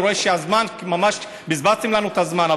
אני רואה שבזבזתם לנו את הזמן,